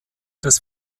des